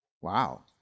Wow